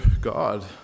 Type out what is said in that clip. God